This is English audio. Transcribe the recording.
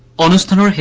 honest and